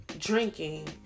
drinking